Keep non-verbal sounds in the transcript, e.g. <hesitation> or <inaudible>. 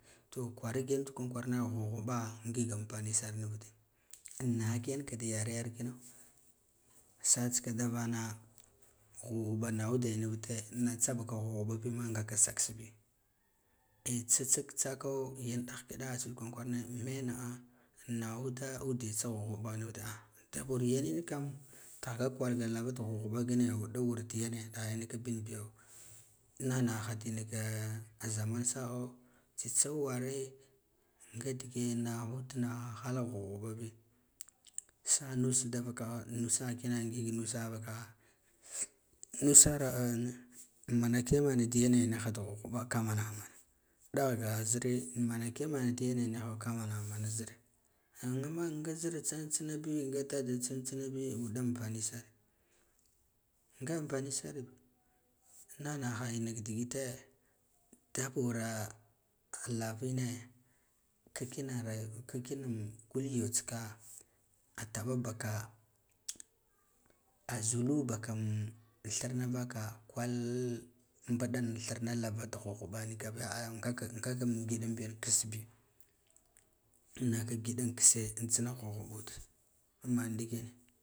To kwara kigan kwaran kwarane ghuɓghuɓa ngig umfani sar nuvkd an nagha kiganka da yareyar kino sa tska davana ghuɓghɓa na shude vude na tsa baka ghuɓghuba bi ngak a suksbi <hesitation> tsatsig tsako yan ɗahke ɗaha tsud kwaran kwarane meno am naghuba ude tsa ghuɓghuɓo ah daba war yenin kam rabaja ko arga lava da ghuɓghuɓa gin uba warti yene dawe nika bibigo ana nighaha dina ka jam saho koware nga dige naghd nala ha lak ghuɓghuɓabi sa hus da vakaha nusa kina ngig nus an vaha nasara <hesitation> nihi munake mana digene niha da ghuɓghuɓ ka manaham ana daligaha zire manake mana diyene ni ho ka manaha mana zir an nga zir tsina tse ina bi nga dada tsin tsinabi ɗa ampani sar nga ampani sarbi nigha nighaha ina ha digite daba usa lavina kakina rayu kakina ngulyo tsika gul yo tsika a taɓa ɓaka azulu ɓaka n thirna vaka kwal mbuɗan thirna lava d a ghuɓghuɓa nga, ngakan ngidan biyeen kasabi an naka giɗan kisse an tsina ghubghubo ud an man ɓikenka.